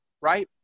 right